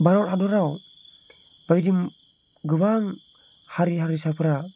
भारत हादराव बायदि गोबां हारि हारिसाफोरा